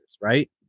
right